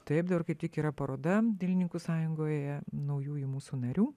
taip darbar kaip tik yra paroda dailininkų sąjungoje naujųjų mūsų narių